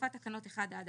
הוספת תקנות 1א'